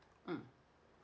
mmhmm